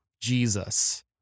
Jesus